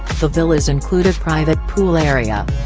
the villas include a private pool area.